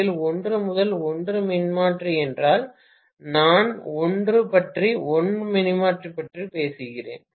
இது 1 முதல் 1 மின்மாற்றி என்றால் நான் 1 பற்றி 1 மின்மாற்றி பற்றி பேசுகிறேன்